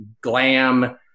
glam